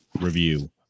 review